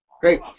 Great